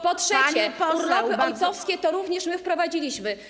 Po trzecie, urlopy ojcowskie, to również my je wprowadziliśmy.